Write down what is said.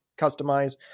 customize